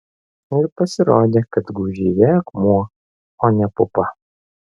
ir pasirodė kad gūžyje akmuo o ne pupa